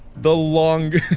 the longest